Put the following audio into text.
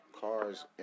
cars